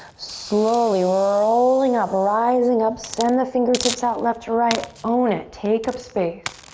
slowly rolling up, rising up, send the fingertips out left to right. own it. take up space.